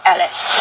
Alice